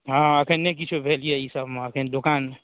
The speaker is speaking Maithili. हँ अखन नहि किछो भेजिऔ ई सब एम्हर अखन दोकान